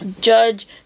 Judge